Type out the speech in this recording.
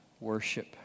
worship